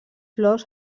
flors